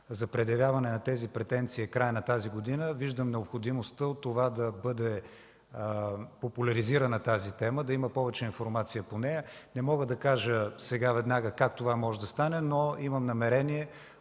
за предявяване на тези претенции е края на тази година, виждам необходимостта от това да бъде популяризирана тази тема, да има повече информация по нея. Сега веднага не мога да кажа как това може да стане, но имам намерение